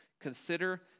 consider